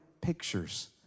pictures